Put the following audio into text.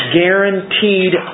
guaranteed